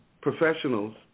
professionals